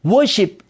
Worship